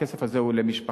הכסף הזה הוא למשפחה.